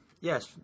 yes